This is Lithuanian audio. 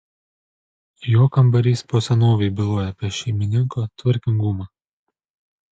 jo kambarys po senovei bylojo apie šeimininko tvarkingumą